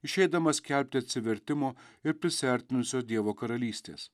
išeidamas skelbti atsivertimo ir prisiartinusio dievo karalystės